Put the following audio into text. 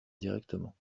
directement